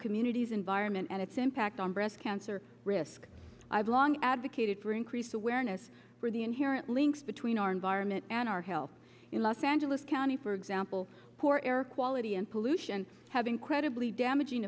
communities environment and its impact on breast cancer risk i've long advocated for increased awareness for the inherent links between our environment and our health in los angeles county for example poor air quality and pollution have incredibly damaging